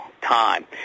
time